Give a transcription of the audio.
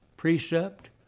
Precept